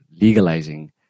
legalizing